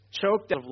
choked